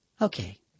Okay